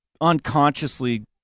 unconsciously